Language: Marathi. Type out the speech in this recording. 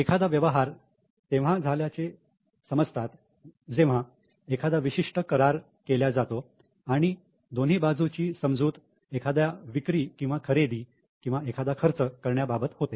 एखादा व्यवहार तेव्हा झाल्याचे समजतात जेव्हा एखादा विशिष्ट करार केल्या जातो आणि दोन्ही बाजूची समजूत एखाद्या विक्री किंवा खरेदी किंवा एखादा खर्च करण्याबाबत होते